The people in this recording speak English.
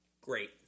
great